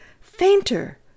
Fainter